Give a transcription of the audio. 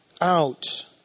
out